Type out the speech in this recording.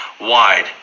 wide